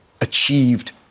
achieved